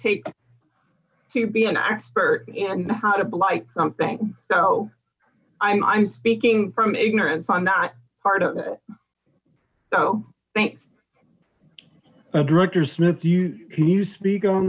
takes to be an expert in how to blight something so i'm speaking from ignorance on that part of it so thanks director smith you can you speak on